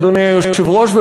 אדוני היושב-ראש,